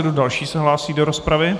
Kdo další se hlásí do rozpravy?